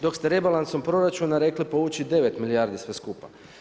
Dok ste rebalansom proračuna rekli povući 9 milijardi sve skupa.